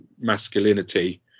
masculinity